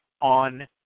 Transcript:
on